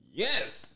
Yes